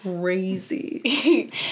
crazy